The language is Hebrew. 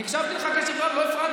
אני הקשבתי לך בקשב רב ולא הפרעתי.